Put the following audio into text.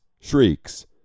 shrieks